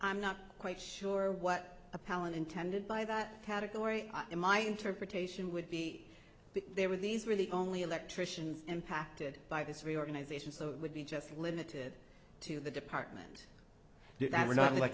i'm not quite sure what appellant intended by that category in my interpretation would be there were these really only electricians impacted by this reorganization so it would be just limited to the department that were not